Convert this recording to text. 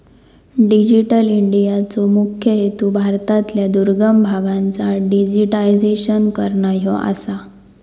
digital इंडियाचो मुख्य हेतू भारतातल्या दुर्गम भागांचा डिजिटायझेशन करना ह्यो आसा